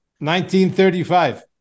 1935